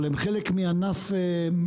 אבל הם חלק מענף כולל.